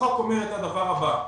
החוק אומר את הדבר הבא :